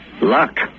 Luck